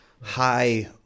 high